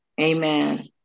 Amen